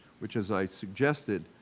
which as i suggested,